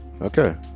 Okay